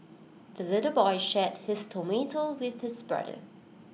the little boy shared his tomato with his brother